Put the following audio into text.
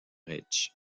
reich